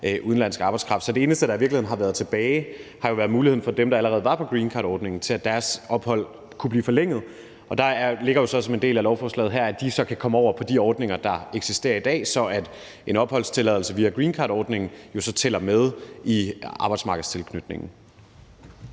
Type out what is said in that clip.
udenlandsk arbejdskraft. Så det eneste, der i virkeligheden har været tilbage, har jo været muligheden for dem, der allerede var på greencardordningen, for, at deres ophold kunne blive forlænget. Der ligger jo så som en del af lovforslaget her, at de kan komme over på de ordninger, der eksisterer i dag, så en opholdstilladelse via greencardordningen tæller med i arbejdsmarkedstilknytningen.